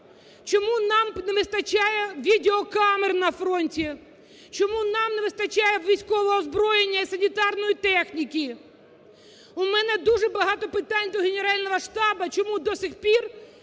Чому нам не вистачає відеокамер на фронті? Чому нам не вистачає військового озброєння і санітарної техніки? У мене дуже багато питань до Генерального штабу чому до сих пір…